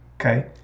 Okay